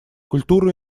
культуру